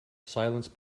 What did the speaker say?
silence